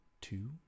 two